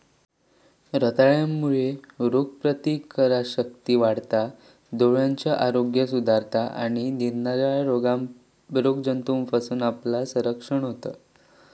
रताळ्यांमुळे रोगप्रतिकारशक्ती वाढता, डोळ्यांचा आरोग्य सुधारता आणि निरनिराळ्या रोगजंतूंपासना आपला संरक्षण होता